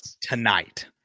tonight